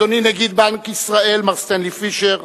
אדוני נגיד בנק ישראל, מר סטנלי פישר,